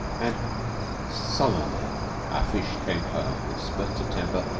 and sullenly our fish came home with spurts of temper,